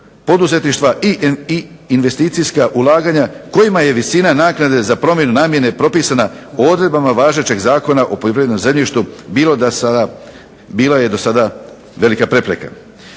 poduzetništva i investicijska ulaganja kojima je visina naknade za promjenu namjene propisana odredbama važećeg Zakona o poljoprivrednom zemljištu bila i do sada velika prepreka.